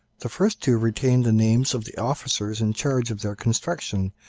the first two retained the names of the officers in charge of their construction,